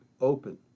open